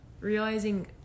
realizing